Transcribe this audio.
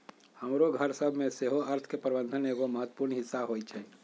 हमरो घर सभ में सेहो अर्थ के प्रबंधन एगो महत्वपूर्ण हिस्सा होइ छइ